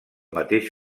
mateix